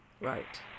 right